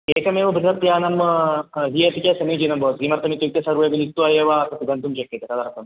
एकमेव बृहत्यानं दीयते चेत् समीचीनं भवति किमर्थमित्युक्ते सर्वेपि मिलित्वा एव गन्तुं शक्यते तदर्थम्